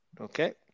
Okay